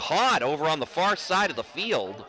caught over on the far side of the field